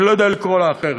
אני לא יודע לקרוא לה אחרת.